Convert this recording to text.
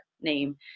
name